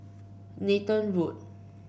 Nathan Road